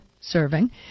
serving